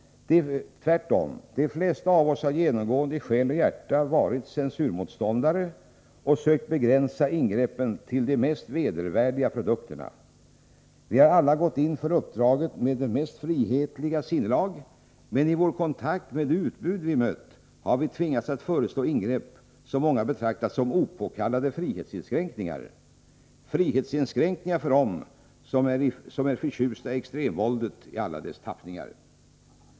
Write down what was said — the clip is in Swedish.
Tvärtom — de flesta av oss har i själ och hjärta genomgående varit censurmotståndare och sökt begränsa ingreppen till de mest vedervärdiga produkterna. Vi har alla gått in för uppdraget med det mest frihetliga sinnelag, men i vår kontakt med det utbud vi mött har vi tvingats att föreslå ingrepp som många betraktar som opåkallade frihetsinskränkningar — frihetsinskränkningar för dem som är förtjusta i extremvåldet i alla dess tappningar.